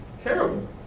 terrible